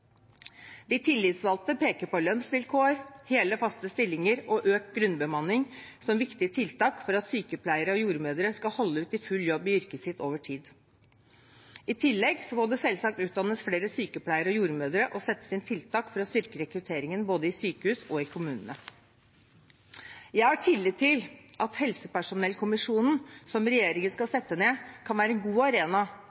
De tillitsvalgte peker på lønnsvilkår, hele, faste stillinger og økt grunnbemanning som viktige tiltak for at sykepleiere og jordmødre skal holde ut i full jobb i yrket sitt over tid. I tillegg må det selvsagt utdannes flere sykepleiere og jordmødre og settes inn tiltak for å styrke rekrutteringen både i sykehus og i kommunene. Jeg har tillit til at helsepersonellkommisjonen som regjeringen skal